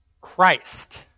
Christ